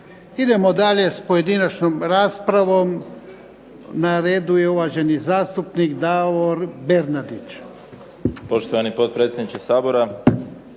Idemo dalje s pojedinačnom raspravom. Na redu je uvaženi zastupnik Davor Bernardić.